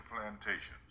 plantations